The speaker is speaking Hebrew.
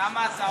למה אתה עונה?